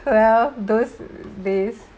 well those days